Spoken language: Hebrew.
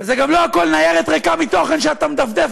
וגם לא הכול ניירת ריקה מתוכן שאתה מדפדף